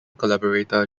collaborator